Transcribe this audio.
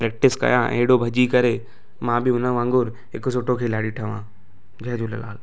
practice कयां अहिड़ो भॼी करे मां बि हुन वांगुरु हिकु सुठो खिलाड़ी ठहियां जय झूलेलाल